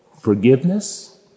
forgiveness